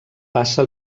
passa